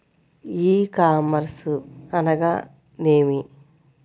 ఈ కామర్స్ అనగానేమి?